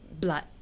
blood